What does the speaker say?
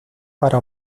para